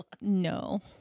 No